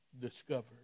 discovered